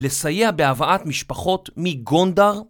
לסייע בהבאת משפחות מגונדר